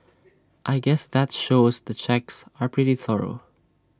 I guess that shows the checks are pretty thorough